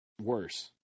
worse